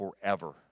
forever